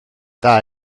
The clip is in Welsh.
dda